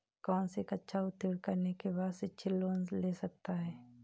कौनसी कक्षा उत्तीर्ण करने के बाद शिक्षित लोंन ले सकता हूं?